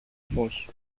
φως